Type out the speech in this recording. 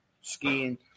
skiing